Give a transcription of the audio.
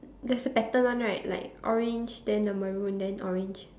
there's a pattern one right like orange then the maroon then orange